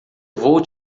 vou